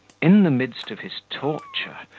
in the midst of his torture,